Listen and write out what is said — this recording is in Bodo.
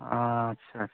आस्सा आस्सा आस्सा